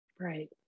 Right